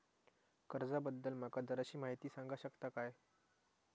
कर्जा बद्दल माका जराशी माहिती सांगा शकता काय?